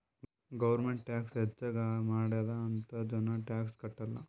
government tax ಹೆಚ್ಚಿಗ್ ಮಾಡ್ಯಾದ್ ಅಂತ್ ಜನ ಟ್ಯಾಕ್ಸ್ ಕಟ್ಟಲ್